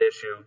issue